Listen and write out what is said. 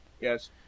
yes